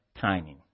timing